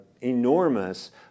enormous